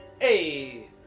Hey